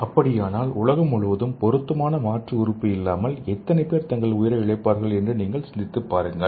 அப்படியானால் உலகம் முழுவதும் பொருத்தமான மாற்று உறுப்பு இல்லாமல் எத்தனை பேர் தங்கள் உயிரை இழப்பார்கள் என்று நீங்கள் சிந்தித்துப் பாருங்கள்